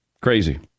Crazy